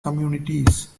communities